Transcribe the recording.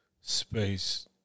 space